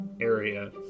area